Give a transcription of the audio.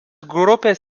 grupės